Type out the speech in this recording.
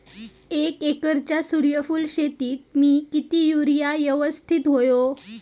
एक एकरच्या सूर्यफुल शेतीत मी किती युरिया यवस्तित व्हयो?